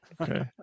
okay